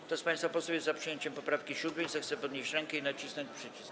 Kto z państwa posłów jest za przyjęciem poprawki 7., zechce podnieść rękę i nacisnąć przycisk.